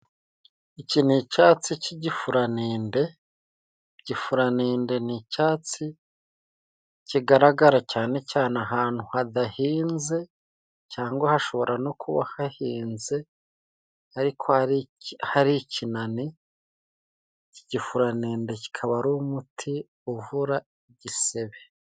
iki ni icyatsi cy'igifuranende ,gifuranende n'icyatsi kigaragara cyane cyane ahantu hadahinze cyangwa hashobora no kuba hahinze ariko hari hari ikinani cy'igifuranende kikaba ari umuti uvura igisebe